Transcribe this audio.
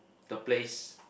the place